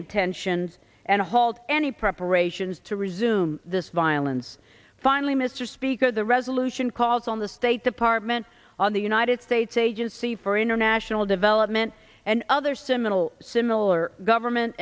intentions and halt any preparations to resume this violence finally mr speaker the resolution calls on the state department of the united states agency for international development and other seminal similar government